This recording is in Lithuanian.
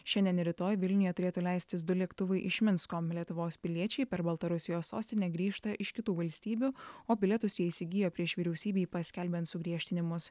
šiandien ir rytoj vilniuje turėtų leistis du lėktuvai iš minsko lietuvos piliečiai per baltarusijos sostinę grįžta iš kitų valstybių o bilietus jie įsigijo prieš vyriausybei paskelbiant sugriežtinimus